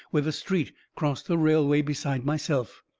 where the street crossed the railway, besides myself.